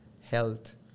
health